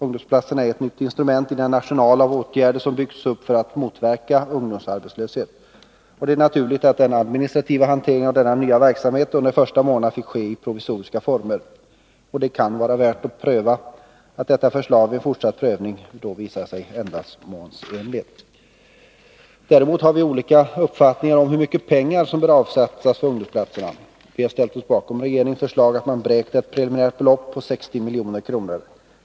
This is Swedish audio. Ungdomsplatserna är ett nytt instrument i den arsenal av åtgärder som byggts upp för att motverka ungdomsarbetslösheten. Det är naturligt att den administrativa hanteringen av denna nya verksamhet under de första månaderna fick ske i provisoriska former. Det kan vara värt att undersöka om detta förslag vid en fortsatt prövning visar sig ändamålsenligt. Däremot har vi olika uppfattningar om hur mycket pengar som bör avsättas för ungdomsplatserna. Vi har ställt oss bakom regeringens förslag att beräkna ett preliminärt belopp av 60 milj.kr.